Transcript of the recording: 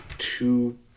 two